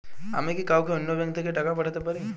আমি কি কাউকে অন্য ব্যাংক থেকে টাকা পাঠাতে পারি?